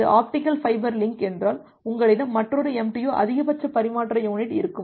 இது optical fibre link என்றால் உங்களிடம் மற்றொரு MTU அதிகபட்ச பரிமாற்ற யுனிட் இருக்கும்